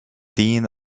dean